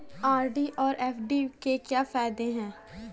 RD और FD के क्या फायदे हैं?